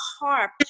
harp